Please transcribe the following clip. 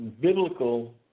biblical